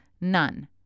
none